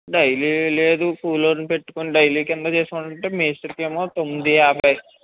daily లేదు కూలి వాణ్ని పెట్టుకొని డైలీ కింద చేసుకుంటాను అంటే మేస్త్రికి ఏమో తొమ్మిది యాభై